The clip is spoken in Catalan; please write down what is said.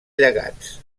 llegats